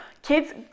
Kids